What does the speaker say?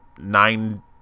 nine